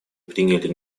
приняли